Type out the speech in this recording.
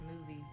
movie